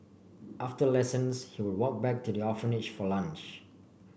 after lessons he would walk back to the orphanage for lunch